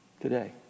Today